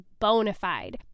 Bonafide